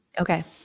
Okay